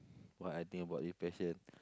what I think about depression